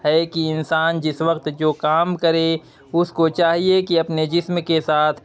ہے کہ انسان جس وقت جو کام کرے اس کو چاہیے کہ اپنے جسم کے ساتھ